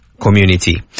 community